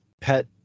pet